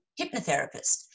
hypnotherapist